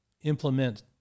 implement